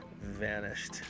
vanished